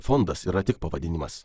fondas yra tik pavadinimas